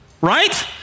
right